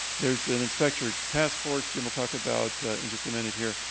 there's an inspector task force, jim will talk about in just a minute here.